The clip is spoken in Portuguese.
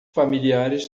familiares